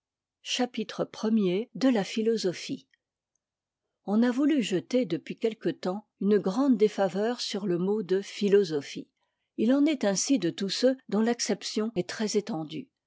chapitre premier de la philosophie on a voulu jeter depuis quelque temps une grande défaveur sur le mot de philosophie il en est ainsi de tous ceux dont l'acception est